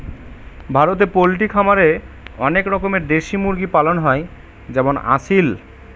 ভারতে পোল্ট্রি খামারে অনেক রকমের দেশি মুরগি পালন হয় যেমন আসিল